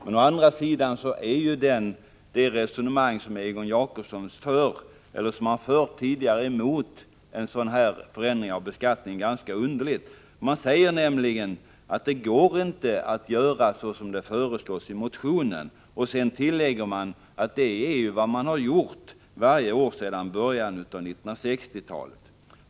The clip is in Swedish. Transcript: Men det resonemang som förts mot en ändring av beskattningen är ganska underligt. Man säger att det inte går att göra så som föreslås i motionen på denna punkt, och sedan tillägger man att det är vad som skett varje år sedan början av 1960-talet.